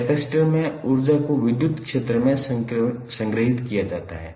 capacitor में ऊर्जा को विद्युत क्षेत्र में संग्रहित किया जाता है